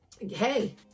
hey